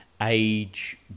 age